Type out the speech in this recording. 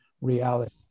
reality